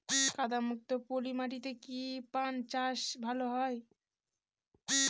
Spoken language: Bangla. কাদা যুক্ত পলি মাটিতে কি পান চাষ ভালো হবে?